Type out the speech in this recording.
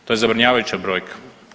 To je zabrinjavajuća brojka.